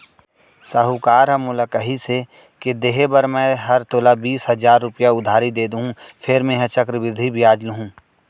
साहूकार ह मोला कहिस के देहे बर मैं हर तोला बीस हजार रूपया उधारी दे देहॅूं फेर मेंहा चक्रबृद्धि बियाल लुहूं